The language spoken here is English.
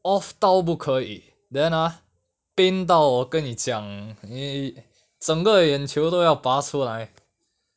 off 到不可以 then ah pain 到跟你讲你整个眼球都要拔出来